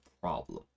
problem